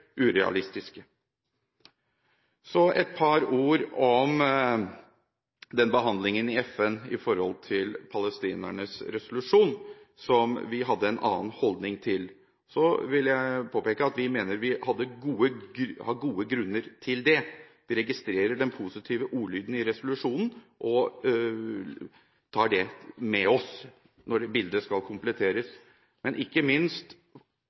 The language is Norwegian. et par ord om behandlingen i FN i forbindelse med palestinernes resolusjon, som vi hadde en annen holdning til. Jeg vil påpeke at vi mener vi hadde gode grunner til det. Vi registrerer den positive ordlyden i resolusjonen og tar det med oss når bildet skal kompletteres. Men ikke minst